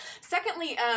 Secondly